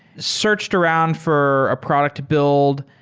searched around for a product to build,